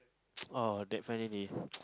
oh that finally